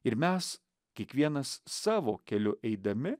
ir mes kiekvienas savo keliu eidami